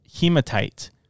hematite